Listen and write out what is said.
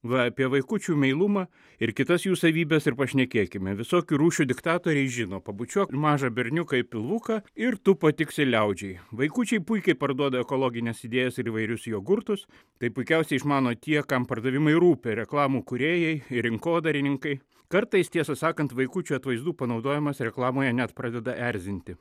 va apie vaikučių meilumą ir kitas jų savybes ir pašnekėkime visokių rūšių diktatoriai žino pabučiuok mažą berniuką į pilvuką ir tu patiksi liaudžiai vaikučiai puikiai parduoda ekologines idėjas ir įvairius jogurtus tai puikiausiai išmano tie kam pardavimai rūpi reklamų kūrėjai ir rinkodarininkai kartais tiesą sakant vaikučių atvaizdų panaudojimas reklamoje net pradeda erzinti